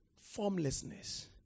formlessness